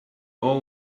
all